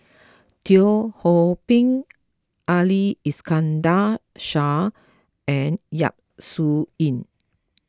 Teo Ho Pin Ali Iskandar Shah and Yap Su Yin